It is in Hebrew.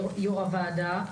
יו"ר הוועדה,